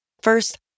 First